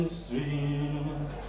stream